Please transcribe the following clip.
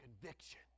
conviction